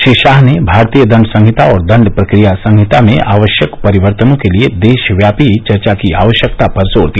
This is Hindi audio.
श्री शाह ने भारतीय दंड संहिता और दंड प्रक्रिया संहिता में आवश्यक परिवर्तनों के लिए देशव्यापी चर्चा की आवश्यकता पर जोर दिया